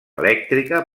elèctrica